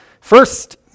first